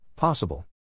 Possible